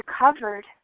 recovered